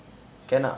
can ah